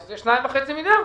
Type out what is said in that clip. שזה 2.5 מיליארד שקלים,